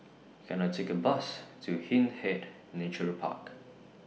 Can I Take A Bus to Hindhede Nature Park